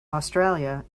australia